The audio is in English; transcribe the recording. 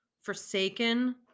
forsaken